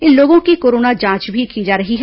इन लोगों की कोरोना जांच भी की जा रही है